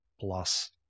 plus